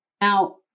Now